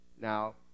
Now